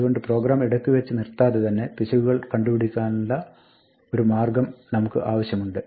അതുകൊണ്ട് പ്രോഗ്രാം ഇടയ്ക്ക് വെച്ച് നിർത്താതെ തന്നെ പിശകുകൾ കണ്ടുപിടിക്കുവാനുള്ള ഒരു മാർഗ്ഗം നമുക്ക് ആവശ്യമുണ്ട്